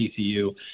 TCU